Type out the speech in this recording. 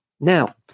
Now